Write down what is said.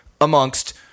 amongst